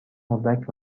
اردک